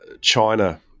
China